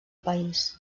país